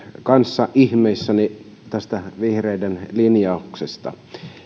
kanssa ihmeissäni tästä vihreiden linjauksesta